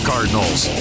Cardinals